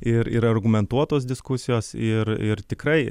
ir ir argumentuotos diskusijos ir ir tikrai